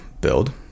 build